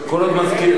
כל עוד מזכירים,